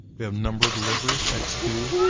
we have number of deliveries, x two,